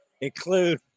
include